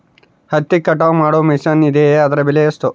ಹತ್ತಿ ಕಟಾವು ಮಾಡುವ ಮಿಷನ್ ಇದೆಯೇ ಅದರ ಬೆಲೆ ಎಷ್ಟು?